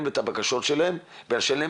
למשל אם